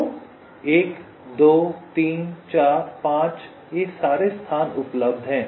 तो 1 2 3 4 5 स्थान उपलब्ध हैं